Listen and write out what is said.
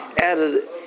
added